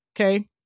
Okay